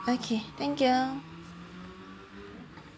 okay thank you